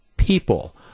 People